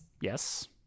Yes